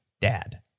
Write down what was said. dad